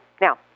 Now